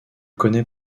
connaît